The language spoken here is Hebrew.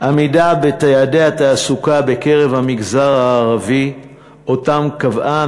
"עמידה ביעדי התעסוקה בקרב המגזר הערבי שאותם קבעה